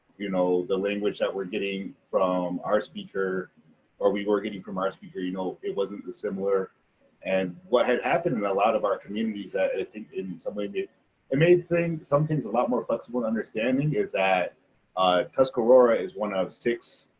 you know the language that we're getting from our speaker or we were getting from our speaker you know it wasn't dissimilar and what had happened in and a lot of our communities that and i think in some way, the and main thing some things a lot more flexible to understanding is that tuscarora is one of six